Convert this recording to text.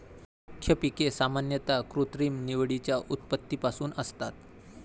मुख्य पिके सामान्यतः कृत्रिम निवडीच्या उत्पत्तीपासून असतात